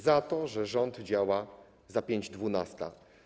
Za to, że rząd działa za pięć dwunasta.